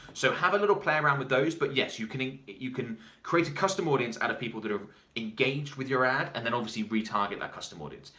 so have a little play around with those, but yes, you can you can create a custom audience out of people that have engaged with your ad and then obviously retarget that custom audience.